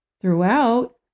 Throughout